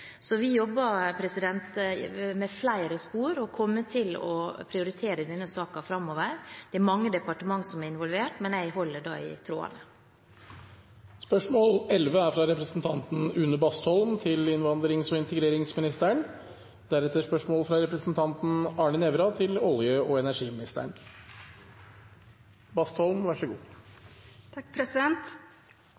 Så vi jobber langs flere spor og kommer til å prioritere denne saken framover. Det er mange departementer som er involvert, men jeg holder i trådene. «I svaret på mitt skriftlige spørsmål om en 11-åring fra